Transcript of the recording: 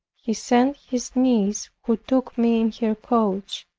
he sent his niece, who took me in her coach,